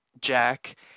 Jack